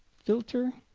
filter